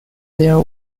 there